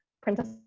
princess